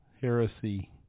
heresy